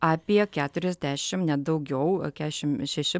apie keturiasdešimt ne daugiau kešim šeši